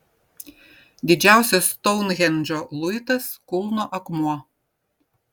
didžiausias stounhendžo luitas kulno akmuo